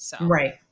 Right